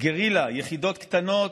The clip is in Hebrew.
לא תיאורטית,